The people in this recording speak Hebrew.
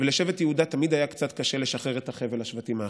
ולשבט יהודה תמיד היה קצת לשחרר את החבל לשבטים האחרים.